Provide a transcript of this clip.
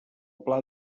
pla